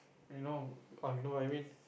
you know uh you know what I mean